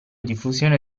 diffusione